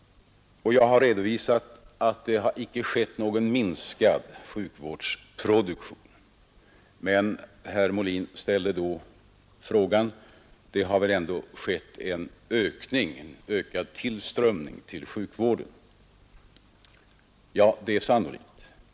Jag har redovisat att det icke har skett någon minskning av sjukvårdsproduktionen. Herr Molin ställde då frågan om det ändå inte har blivit en ökad tillströmning till sjukvården. Ja, det är sannolikt.